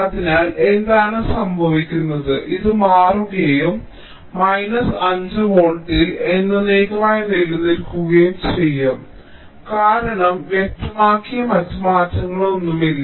അതിനാൽ എന്താണ് സംഭവിക്കുന്നത് ഇത് മാറുകയും മൈനസ് 5 വോൾട്ടിൽ എന്നെന്നേക്കുമായി നിലനിൽക്കുകയും ചെയ്യും കാരണം ഞങ്ങൾക്ക് വ്യക്തമാക്കിയ മറ്റ് മാറ്റങ്ങളൊന്നുമില്ല